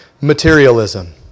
Materialism